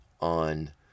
on